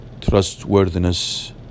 Trustworthiness